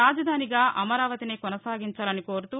రాజధానిగా అమరావతినే కొనసాగించాలని కోరుతూ